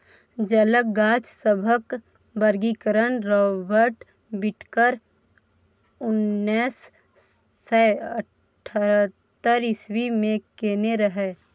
जलक गाछ सभक वर्गीकरण राबर्ट बिटकर उन्नैस सय अठहत्तर इस्वी मे केने रहय